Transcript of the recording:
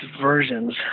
versions